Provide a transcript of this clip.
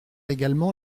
également